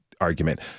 argument